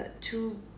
two